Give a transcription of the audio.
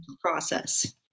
process